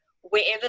wherever